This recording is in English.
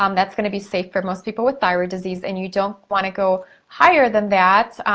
um that's gonna be safe for most people with thyroid disease, and you don't wanna go higher than that.